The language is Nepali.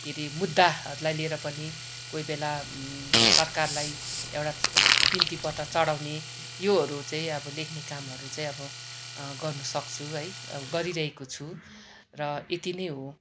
के अरे मुद्दाहरलाई लेर पनि कोइ बेला सरकारलाई एउडा बिन्ती पत्र चढाउँने योहरू चैँ आबो लेख्ने कामहरू चैँ अबो गर्नु सक्छु है अबो गरिरहेको छु र एति नै हो